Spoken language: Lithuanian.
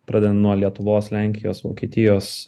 pradedant nuo lietuvos lenkijos vokietijos